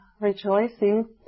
rejoicing